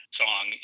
song